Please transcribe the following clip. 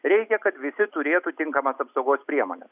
reikia kad visi turėtų tinkamas apsaugos priemones